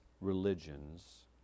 religions